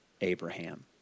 Abraham